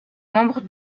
membre